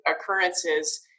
occurrences